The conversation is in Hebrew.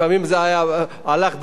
לפעמים זה הלך בתיאום,